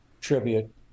tribute